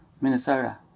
Minnesota